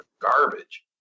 garbage